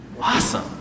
Awesome